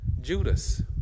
Judas